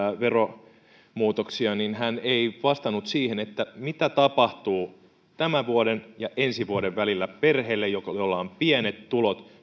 veromuutoksia niin hän ei vastannut siihen mitä tapahtuu tämän vuoden ja ensi vuoden välillä työssä käyvälle perheelle jolla on pienet tulot